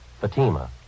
Fatima